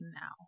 now